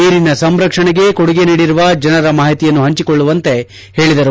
ನೀರಿನ ಸಂರಕ್ಷಣೆಗೆ ಕೊಡುಗೆ ನೀಡಿರುವ ಜನರ ಮಾಹಿತಿಯನ್ನು ಪಂಚಿಕೊಳ್ಳುವಂತೆ ಹೇಳಿದರು